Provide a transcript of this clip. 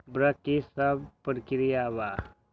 वक्र कि शव प्रकिया वा?